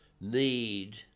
need